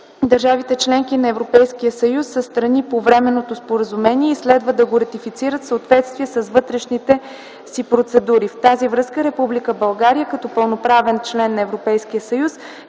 държавите – членки на Европейския съюз, са страни по временното споразумение и следва да го ратифицират в съответствие с вътрешните си процедури. В тази връзка Република България, като пълноправен член на Европейския съюз,